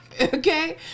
Okay